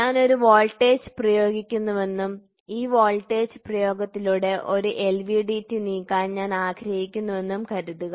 ഞാൻ ഒരു വോൾട്ടേജ് പ്രയോഗിക്കുന്നുവെന്നും ഈ വോൾട്ടേജ് പ്രയോഗിക്കുന്നതിലൂടെ ഒരു എൽവിഡിടി നീക്കാൻ ഞാൻ ആഗ്രഹിക്കുന്നുവെന്നും കരുതുക